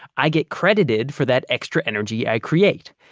i get credited for that extra energy i create.